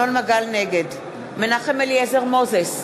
נגד מנחם אליעזר מוזס,